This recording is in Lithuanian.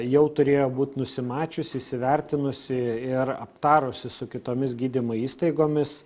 jau turėjo būt nusimačiusi įsivertinusi ir aptarusi su kitomis gydymo įstaigomis